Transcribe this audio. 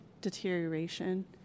deterioration